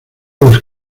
los